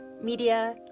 media